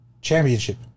championship